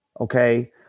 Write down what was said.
okay